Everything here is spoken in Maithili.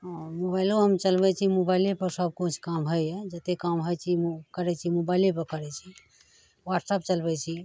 हँ मोबाइलो हम चलबै छी मोबाइलेपर सबकिछु काम होइए जतेक काम होइ छै करै छी मोबाइलेपर करै छी व्हाट्सअप चलबै छी